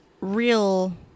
real